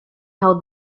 how